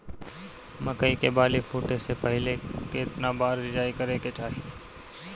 मकई के बाली फूटे से पहिले केतना बार सिंचाई करे के चाही?